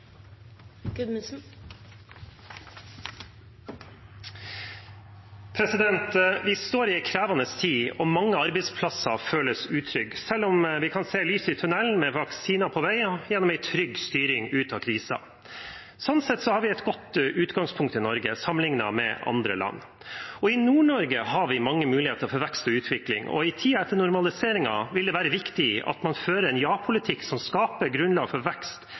Vi står i en krevende tid, og mange arbeidsplasser føles utrygge, selv om vi kan se lyset i tunnelen med vaksiner på vei og gjennom en trygg styring ut av krisen. Sånn sett har vi et godt utgangspunkt i Norge, sammenlignet med andre land. I Nord-Norge har vi mange muligheter for vekst og utvikling, og i tiden etter normaliseringen vil det være viktig at man fører en ja-politikk som skaper grunnlag for vekst,